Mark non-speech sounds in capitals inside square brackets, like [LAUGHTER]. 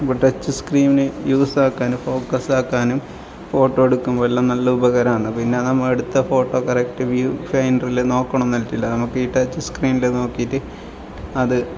അപ്പം touch screen യൂസാക്കാനും ഫോക്കസാക്കാനും ഫോട്ടോ എടുക്കുമ്പോൾ എല്ലാം നല്ല ഉപകരമാണ് പിന്നെ നമ്മൾ എടുത്ത ഫോട്ടോ കറക്റ്റ് വ്യൂ ഫാൻറില് നോക്കണമെന്ന് [UNINTELLIGIBLE] നമുക്ക് ഈ ടച്ച് സ്ക്രീൻല് നോക്കിയിട്ട് അത്